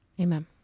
Amen